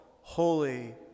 holy